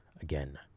again